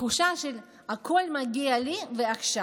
תחושה של הכול מגיע לי ועכשיו.